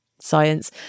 science